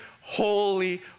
holy